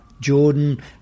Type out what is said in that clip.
Jordan